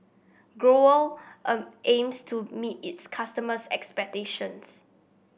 Growell aims to meet its customers' expectations